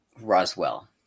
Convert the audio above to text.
Roswell